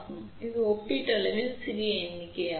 எனவே இது ஒப்பீட்டளவில் சிறிய எண்ணிக்கையாகும்